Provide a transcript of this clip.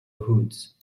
woods